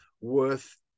worth